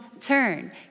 turn